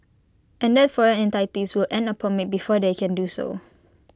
and that foreign entities will need A permit before they can do so